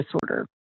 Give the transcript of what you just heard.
disorder